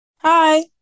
Hi